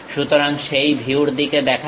সুতরাং সেই ভিউর দিকে দেখা যাক